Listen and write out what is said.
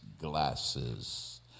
glasses